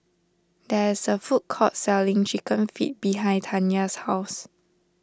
there is a food court selling Chicken Feet behind Tanya's house